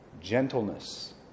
gentleness